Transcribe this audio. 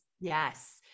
Yes